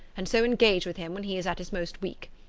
and so engage with him when he is at his most weak.